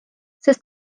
sest